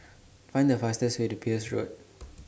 Find The fastest Way to Peirce Road